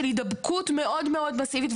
של הידבקות מאוד מאוד מסיבית.